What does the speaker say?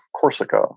Corsica